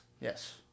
Yes